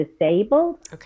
disabled